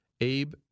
Abe